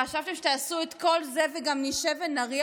חשבתם שתעשו את כל זה וגם נשב ונריע